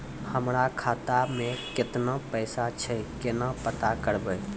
हमरा खाता मे केतना पैसा छै, केना पता करबै?